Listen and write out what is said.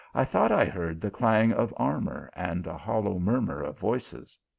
i thought i heard the clang of armour, and a hollow murmur of voices.